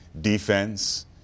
defense